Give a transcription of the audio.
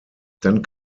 dann